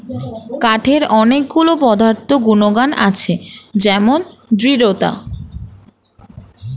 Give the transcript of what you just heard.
কাঠের অনেক গুলো পদার্থ গুনাগুন আছে যেমন দৃঢ়তা